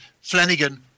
Flanagan